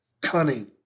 Cunning